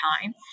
time